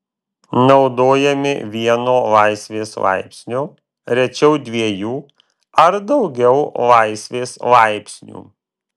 naudojami vieno laisvės laipsnio rečiau dviejų ar daugiau laisvės laipsnių